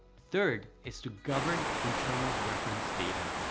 third, is to govern internal reference data.